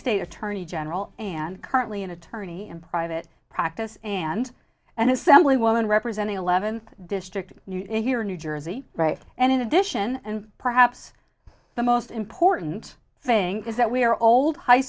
state attorney general and currently an attorney in private practice and and assemblywoman representing eleventh district here in new jersey right and in addition and perhaps the most important thing is that we are old high